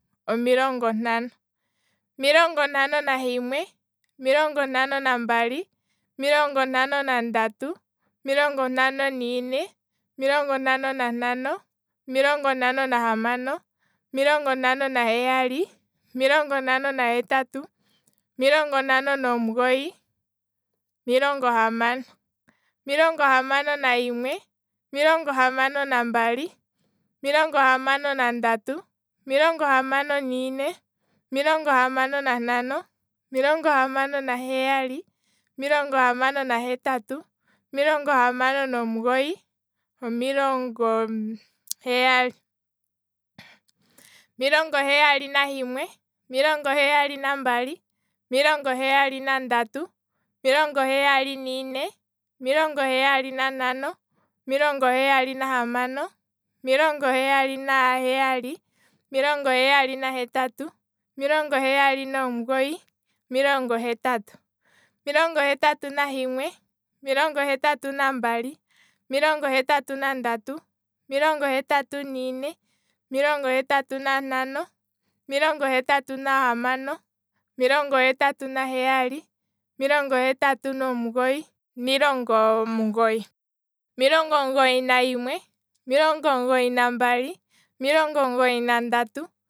Omilongo ntano, omilongo ntano nahimwe, omilongo ntano nambali, omilongo ntano nandatu, omilongo ntano niine, omilongo ntano nantano, omilongo ntano nahamano, omilongo ntano naheyali, omilongo ntano nahetatu, omilongo ntano nomugoyi, omilongo hamano, omilongo hamano nahimwe, omilongo hamano nambali, omilongo hamano nandatu, omilongo hamano niine, omilongo hamano nantano, omilongo hamano nahamano, omilongo hamano naheyali, omilongo hamano nahetatu, omilongo hamano nomugoyi, omilongo heyali, omilongo heyali nahimwe, omilongo heyali nambali, omilongo heyali nandatu, omilongo heyali niine, omilongo heyali nantano, omilongo heyali nahamano, omilongo heyali naheyali, omilongo heyali nahetatu, omilongo heyali nomugoyi, omilongo hetatu, omilongo hetatu nahimwe, omilongo hetatu nambali, omilongo hetatu nandatu, omilongo hetatu niine, omilongo hetatu nantano, omilongo hetatu nahamano, omilongo hetatu naheyali, omilongo hetatu nahetatu, omilongo hetatu nomugoyi, omilongo omugoyi, omilongo omugoyi nahimwe, omilongo omugoyi nambali, omilongo omugoyi nandatu